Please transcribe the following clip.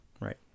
right